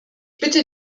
bitte